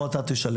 או אתה תשלם,